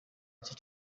nacyo